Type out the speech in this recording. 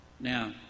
Now